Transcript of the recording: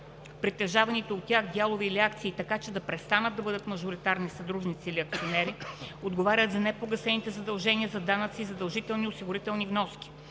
притежавани от тях дялове или акции така, че да престанат да бъдат мажоритарни съдружници или акционери, отговарят за непогасените задължения за данъци и задължителни осигурителни вноски.